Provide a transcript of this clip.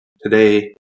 today